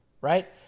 right